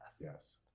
Yes